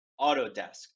Autodesk